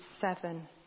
seven